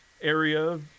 area